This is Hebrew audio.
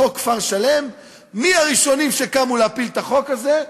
חוק כפר-שלם, מי הראשונים שקמו להפיל את החוק הזה?